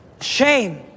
Shame